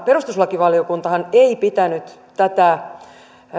perustuslakivaliokuntahan ei pitänyt tätä